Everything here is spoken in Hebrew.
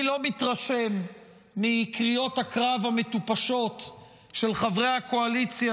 אני לא מתרשם מקריאות הקרב המטופשות של חברי הקואליציה,